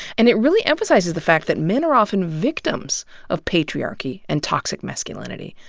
and it really emphasizes the fact that men are often victims of patriarchy and toxic masculinity.